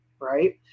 right